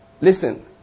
Listen